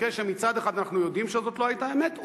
מקרה שמצד אחד אנחנו יודעים שזאת לא היתה אמת,